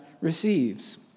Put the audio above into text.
receives